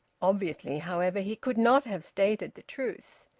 obviously, however, he could not have stated the truth.